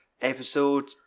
episode